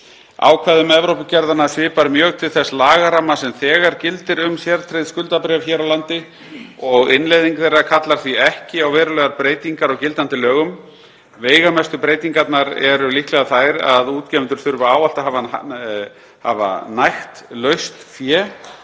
Ákvæðum Evrópugerðanna svipar mjög til þess lagaramma sem þegar gildir um sértryggð skuldabréf hér á landi og innleiðing þeirra kallar því ekki á verulegar breytingar á gildandi lögum. Veigamestu breytingarnar eru líklega þær að útgefendur þurfa ávallt að hafa nægt laust fé